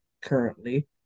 currently